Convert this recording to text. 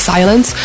Silence